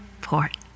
Port